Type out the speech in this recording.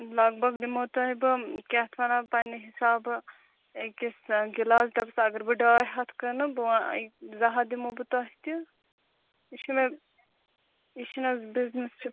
لگ بھگ دِمہو تۄہہِ بہٕ کیاہ اَتھ وَنان پننہِ حِسابہٕ أکِس گِلاس ڈَبس اگر بہٕ ڈاے ہتھ کٕنہٕ بہٕ زٕ ہتھ دِمہو بہٕ تۄہہِ تہِ یہِ چھُنَہ حظ یہِ چھُنہَ حظ بزنِس چھُ